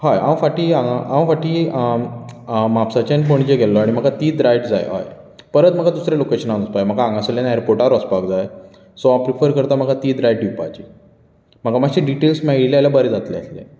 हांव फाटी हांव फाटी म्हापशेच्यान पणजे गेल्लों आनी म्हाका तीच रायड जाय परत म्हाका दुसरे लोकेशनार वचपाक जाय म्हाका हांगासल्यान एरपोर्टार वचपाक जाय सो हांव प्रिफर करतां म्हाका तीच रायड दिवपाची म्हाका मातशें डिटेल्स मेळिल्ले जाल्यार बरे जातलें आसलें